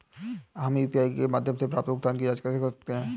हम यू.पी.आई के माध्यम से प्राप्त भुगतान की जॉंच कैसे कर सकते हैं?